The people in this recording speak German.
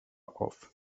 auf